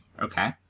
Okay